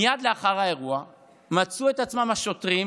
מייד לאחר האירוע מצאו את עצמם השוטרים